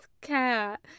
Cat